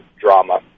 drama